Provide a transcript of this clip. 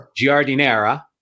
giardinera